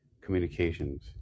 communications